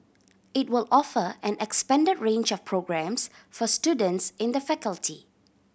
it will offer an expanded range of programmes for students in the faculty